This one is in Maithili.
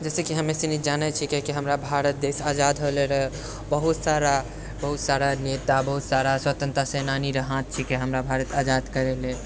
जइसे कि हमे सनि जानै छिके कि हमरा भारत देश आजाद होले रहै बहुत सारा बहुत सारा नेता बहुत सारा स्वतन्त्रता सेनानीरे हाथ छिके हमरा भारत आजाद करैले